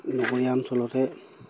নগৰীয়া অঞ্চলতে